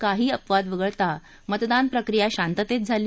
काही अपवाद वगळता मतदान प्रक्रिया शांततेत झाली